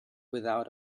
without